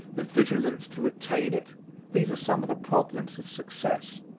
the vigilance to retain it these are some of the problems of success.